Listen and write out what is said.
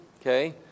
Okay